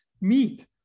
meat